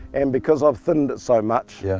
and because i've thinned it so much, yeah